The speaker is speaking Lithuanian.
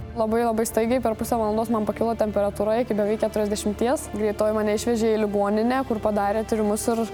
labai labai staigiai per pusę valandos man pakilo temperatūra iki beveik keturiasdešimties greitoji mane išvežė į ligoninę kur padarė tyrimus ir